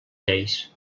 lleis